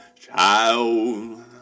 child